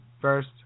First